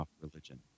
religion